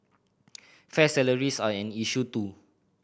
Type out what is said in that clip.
fair salaries are an issue too